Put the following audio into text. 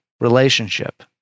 relationship